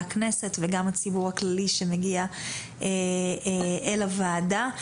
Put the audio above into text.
הכנסת וגם הציבור הכללי שמגיע אל הוועדה,